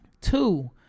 Two